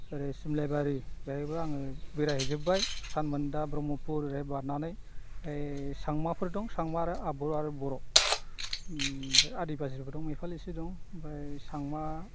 आरो सुमलाइबारि बेवहायबो आङो बेरायहैजोब्बाय सान मोनदा ब्रह्मपुर ओरै बारनानै चांमाफोर दं चांमा आरो आबुल आरो बर' ओमफ्राय आदिबासिबो दं एफा एनै एसे दं ओमफ्राय चांमा